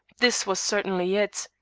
this was certainly it.